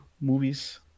movies